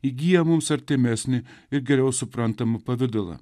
įgyja mums artimesnį ir geriau suprantamą pavidalą